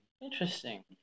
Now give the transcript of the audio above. Interesting